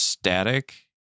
Static